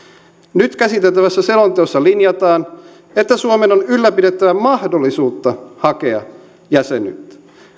nyt käsiteltävässä selonteossa linjataan että suomen on ylläpidettävä mahdollisuutta hakea jäsenyyttä